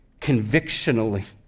convictionally